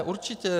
Určitě.